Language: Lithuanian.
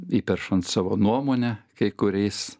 įperšant savo nuomonę kai kuriais